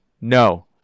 No